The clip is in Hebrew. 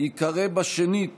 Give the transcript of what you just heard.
ייקרא בשנית